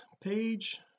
page